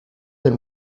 del